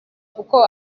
kuko